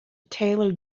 taylor